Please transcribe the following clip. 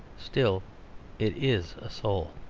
still it is a soul.